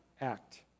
act